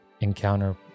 encounter